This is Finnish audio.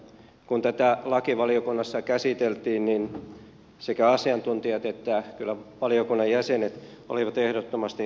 kun tätä lakivaliokunnassa käsiteltiin niin sekä asiantuntijat että valiokunnan jäsenet olivat ehdottomasti tämän kannalla